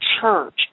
church